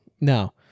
No